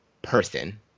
Person